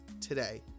today